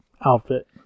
outfit